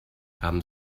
haben